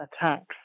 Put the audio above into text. attacks